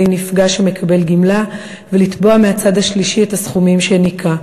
נפגע שמקבל גמלה ולתבוע מהצד השלישי את הסכומים שניכה.